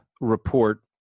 Report